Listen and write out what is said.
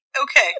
Okay